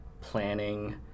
planning